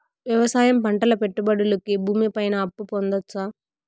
వ్యవసాయం పంటల పెట్టుబడులు కి భూమి పైన అప్పు పొందొచ్చా?